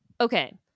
Okay